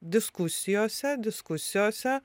diskusijose diskusijose